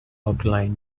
outlined